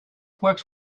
works